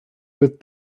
with